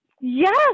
Yes